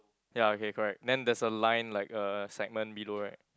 ya okay correct then there's a line like a segment below right